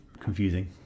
confusing